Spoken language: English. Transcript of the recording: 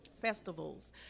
festivals